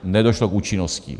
Nedošlo k účinnosti.